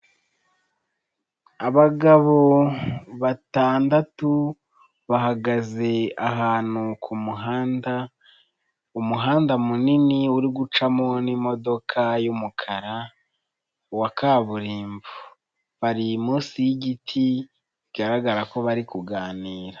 Abagabo batandatu bahagaze ahantu ku muhanda, umuhanda munini uri gucamo n'imodoka y'umukara wa kaburimbo. Bari munsi y'igiti, bigaragara ko bari kuganira.